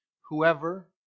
whoever